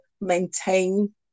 maintain